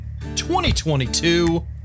2022